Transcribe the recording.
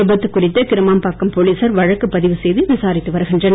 விபத்து குறித்து கிருமாம்பாக்கம் போலீசார் வழக்கு பதிவு செய்து விசாரித்து வருகின்றனர்